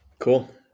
Cool